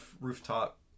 rooftop